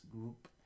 group